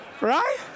Right